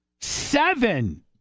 Seven